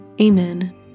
Amen